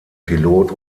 pilot